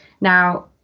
Now